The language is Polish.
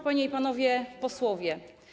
Panie i Panowie Posłowie!